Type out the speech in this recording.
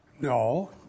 no